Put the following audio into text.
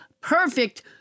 perfect